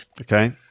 Okay